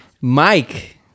Mike